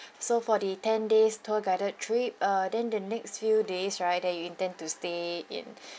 so for the ten days tour guided trip uh then the next few days right that you intend to stay in